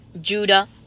Judah